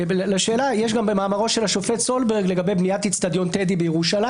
יש גם במאמרו של השופט סולברג לגבי בניית אצטדיון טדי בירושלים.